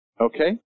Okay